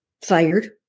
fired